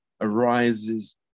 arises